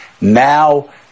Now